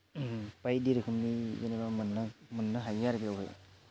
बायदि रोखोमनि जेनेबा मोननो मोननो हायो आरो बेवहाय